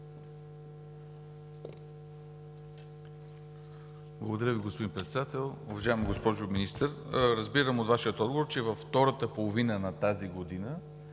Благодаря, господин Председател. Уважаема госпожо Министър, разбирам от Вашия отговор, че през втората половина на тази година